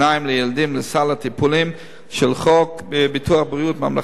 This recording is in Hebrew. לילדים לסל הטיפולים של חוק ביטוח בריאות ממלכתי,